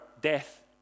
death